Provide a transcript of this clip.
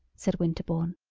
said winterbourne.